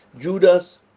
judas